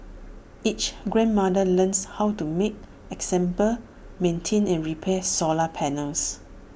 each grandmother learns how to make assemble maintain and repair solar panels